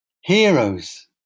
heroes